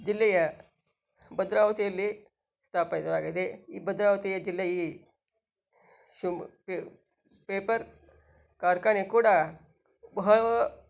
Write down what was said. ಜಿಲ್ಲೆಯ ಭದ್ರಾವತಿಯಲ್ಲಿ ಸ್ಥಾಪಕವಾಗಿದೆ ಈ ಭದ್ರಾವತಿಯ ಜಿಲ್ಲೆ ಈ ಶಿವ್ಮ್ ಪೇಪರ್ ಕಾರ್ಖಾನೆ ಕೂಡ ಬಹಳ